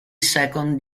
second